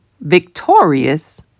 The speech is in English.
victorious